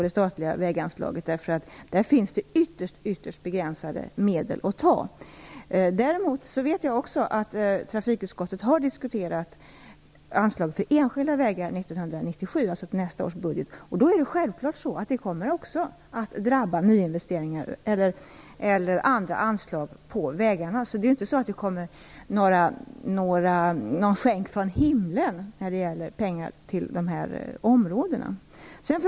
Det finns ytterst begränsade medel att ta av. Jag vet också att trafikutskottet har diskuterat anslaget till enskilda vägar under 1997, alltså för nästa budgetår. Detta kommer självfallet också att drabba nyinvesteringar eller andra anslag till vägarna. Det är ju inte så att pengarna till dessa områden kommer som en skänk från himlen.